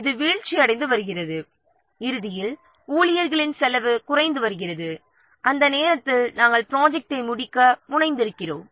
இது வீழ்ச்சியடைந்து வருகிறது இறுதியில் ஊழியர்களின் செலவு குறைந்து வருகிறது அந்த நேரத்தில் நாம் ப்ராஜெக்ட்டை முடிக்க முனைந்திருக்கிறோம்